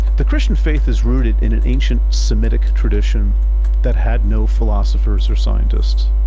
the christian faith is rooted in an ancient semitic tradition that had no philosophers or scientists.